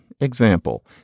example